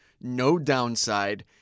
no-downside